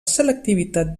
selectivitat